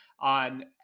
on